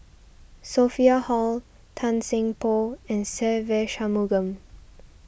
Sophia Hull Tan Seng Poh and Se Ve Shanmugam